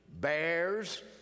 bears